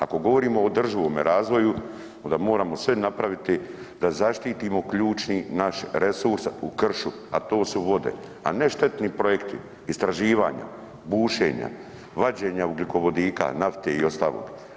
Ako govorimo o održivome razvoju onda moramo sve napraviti da zaštitimo ključni naš resurs u kršu, a to su vode, a ne štetni projekti istraživanja, bušenja, vađenja ugljikovodika, nafte i ostalog.